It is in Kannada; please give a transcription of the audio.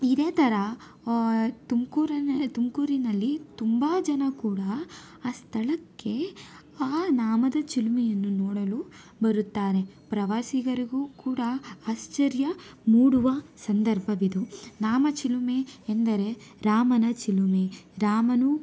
ಇದೇ ಥರ ತುಮ್ಕೂರಿನ ತುಮಕೂರಿನಲ್ಲಿ ತುಂಬ ಜನ ಕೂಡ ಆ ಸ್ಥಳಕ್ಕೆ ಆ ನಾಮದ ಚಿಲುಮೆಯನ್ನು ನೋಡಲು ಬರುತ್ತಾರೆ ಪ್ರವಾಸಿಗರಿಗೂ ಕೂಡ ಆಶ್ಚರ್ಯ ಮೂಡುವ ಸಂದರ್ಭವಿದು ನಾಮ ಚಿಲುಮೆ ಎಂದರೆ ರಾಮನ ಚಿಲುಮೆ ರಾಮನು